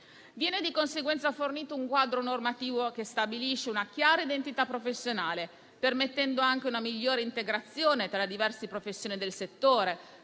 Viene di conseguenza fornito un quadro normativo che stabilisce una chiara identità professionale, permettendo anche una migliore integrazione tra diversi professioni del settore,